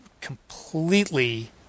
completely